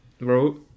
Bro